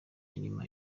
nyuma